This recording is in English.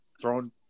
throwing